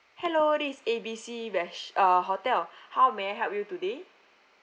hello this is A B C rest~ uh hotel how may I help you today